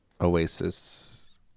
Oasis